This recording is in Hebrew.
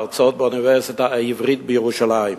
להרצות באוניברסיטה העברית בירושלים,